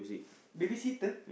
babysitter